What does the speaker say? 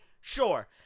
Sure